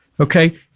Okay